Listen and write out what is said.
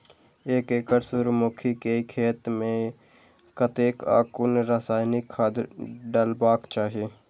एक एकड़ सूर्यमुखी केय खेत मेय कतेक आ कुन रासायनिक खाद डलबाक चाहि?